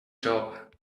job